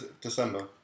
December